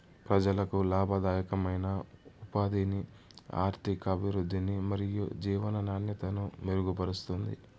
ప్రజలకు లాభదాయకమైన ఉపాధిని, ఆర్థికాభివృద్ధిని మరియు జీవన నాణ్యతను మెరుగుపరుస్తుంది